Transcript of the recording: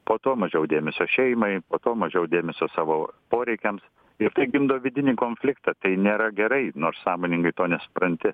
po to mažiau dėmesio šeimai po to mažiau dėmesio savo poreikiams ir tai gimdo vidinį konfliktą tai nėra gerai nors sąmoningai to nesupranti